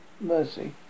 mercy